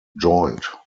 joint